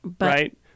Right